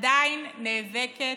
עדיין נאבקת,